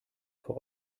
für